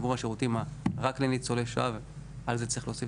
עבור השירותים רק לניצולי שואה ואז צריך להוסיף